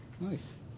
Nice